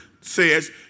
says